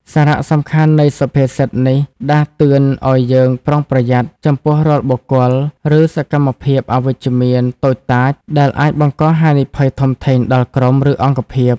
សារៈសំខាន់នៃសុភាសិតនេះដាស់តឿនឲ្យយើង ប្រុងប្រយ័ត្ន ចំពោះរាល់បុគ្គល ឬសកម្មភាពអវិជ្ជមានតូចតាច ដែលអាចបង្កហានិភ័យធំធេងដល់ក្រុម ឬអង្គភាព។